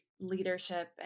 leadership